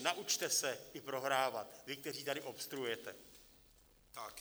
Naučte se i prohrávat, vy, kteří tady obstruujete.